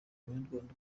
banyarwanda